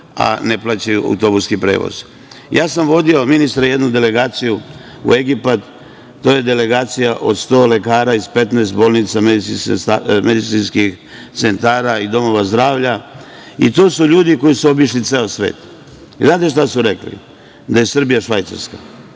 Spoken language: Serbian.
a ne plaćaju autobuski prevoz. Ja sam vodio, ministre, jednu delegaciju u Egipat. To je delegacija od 100 lekara iz 15 bolnica, medicinskih centara i domova zdravlja. To su ljudi koji su obišli ceo svet. Znate li šta su rekli? Da je Srbija Švajcarska,